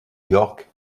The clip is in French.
york